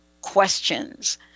questions